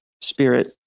spirit